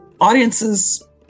audiences